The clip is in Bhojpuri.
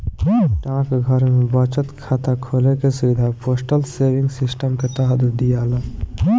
डाकघर में बचत खाता खोले के सुविधा पोस्टल सेविंग सिस्टम के तहत दियाला